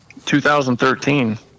2013